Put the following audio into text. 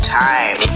time